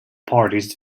parties